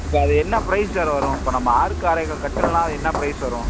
இப்போ அது என்ன ப்ரைஸ் சார் வரும் இப்போ நம்ம ஆறுக்கு ஆறே கால் கட்டில்னால் அது என்ன ப்ரைஸ் வரும்